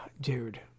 Dude